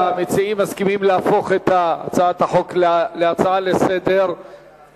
המציעים מסכימים להפוך את הצעת החוק להצעה לסדר-היום.